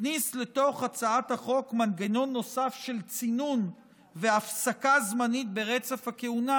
הכניס לתוך הצעת החוק מנגנון נוסף של צינון והפסקה זמנית ברצף הכהונה,